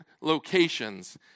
locations